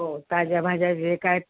हो ताज्या भाज्या जे काय